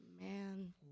Man